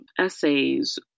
essays